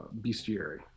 bestiary